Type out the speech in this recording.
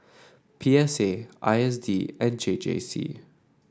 P S A I S D and J J C